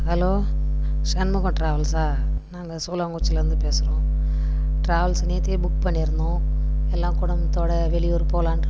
hello Shanmugam டிராவல்ஸா நாங்கள் சோழாங்குருச்சியில இருந்து பேசுகிறோம் டிராவல்ஸ் நேத்தியே புக் பண்ணியிருந்தோம் எல்லாம் குடும்பத்தோட வெளியூர் போலான்ட்டு புக் பண்ணியிருந்தோம்